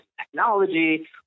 technology